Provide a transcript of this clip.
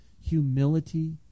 humility